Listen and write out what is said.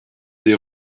des